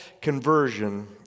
conversion